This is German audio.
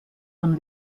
von